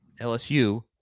LSU